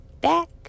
back